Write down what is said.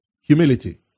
Humility